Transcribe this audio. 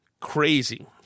Crazy